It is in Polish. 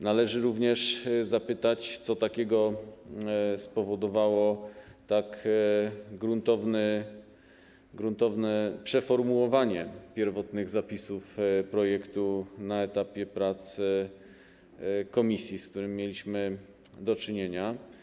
Należy również zapytać, co takiego spowodowało tak gruntowne przeformułowanie pierwotnych zapisów projektu na etapie prac komisji, z którym mieliśmy do czynienia.